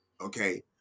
Okay